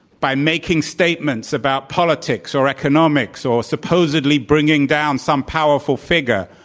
by making statements about politics, or economics, or supposedly bringing down some powerful figure,